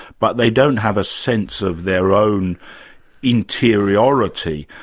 but they don't have a sense of their own interiority.